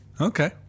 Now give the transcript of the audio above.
Okay